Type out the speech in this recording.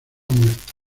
muerta